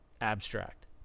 abstract